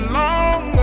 long